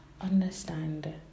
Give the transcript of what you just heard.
understand